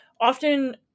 often